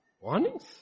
Warnings